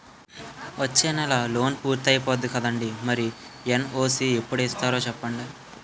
వచ్చేనెలే లోన్ పూర్తయిపోద్ది కదండీ మరి ఎన్.ఓ.సి ఎప్పుడు ఇత్తారో సెప్పండి